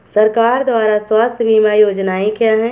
सरकार द्वारा स्वास्थ्य बीमा योजनाएं क्या हैं?